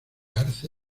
arce